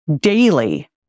daily